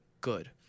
Good